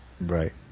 Right